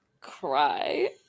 cry